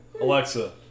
Alexa